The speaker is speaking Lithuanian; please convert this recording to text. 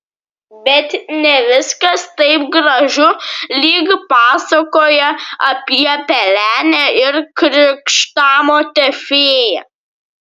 bet ne viskas taip gražu lyg pasakoje apie pelenę ir krikštamotę fėją